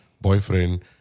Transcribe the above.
boyfriend